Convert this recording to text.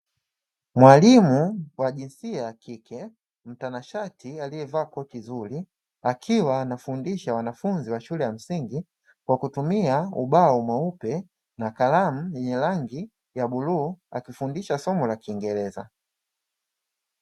Mwalimu wa jinsia ya kike mtanashati alievaa koti zuri, akiwa anafundisha wanafunzi wa shule ya msingi, kwa kutumia ubao mweupe na kalamu yenye rangi ya bluu, akifundisha somo la kiingereza.